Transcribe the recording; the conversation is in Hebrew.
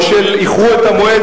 או של "איחרו את המועד",